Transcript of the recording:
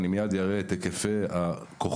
מיד אראה את היקפי הכוחות